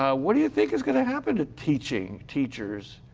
what do you think is going to happen to teaching, teachers,